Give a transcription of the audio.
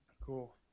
Cool